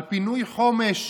על פינוי חומש,